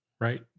right